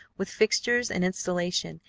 with fixtures and installation,